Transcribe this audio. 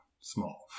small